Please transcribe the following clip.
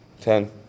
Ten